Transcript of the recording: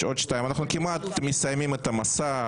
אנחנו כמעט מסיימים את המסע,